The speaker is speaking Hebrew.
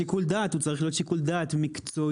השיקול דעת הוא צריך להיות שיקול דעת מקצועי,